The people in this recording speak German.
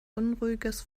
unruhiges